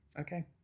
Okay